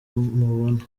mubona